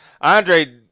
Andre